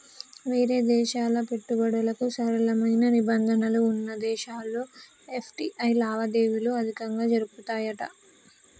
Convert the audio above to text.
వేరే దేశాల పెట్టుబడులకు సరళమైన నిబంధనలు వున్న దేశాల్లో ఎఫ్.టి.ఐ లావాదేవీలు అధికంగా జరుపుతాయట